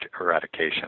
eradication